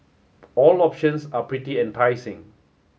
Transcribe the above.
all options are pretty enticing